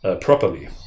properly